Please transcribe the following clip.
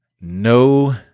no